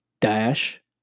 dash